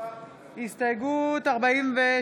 לכל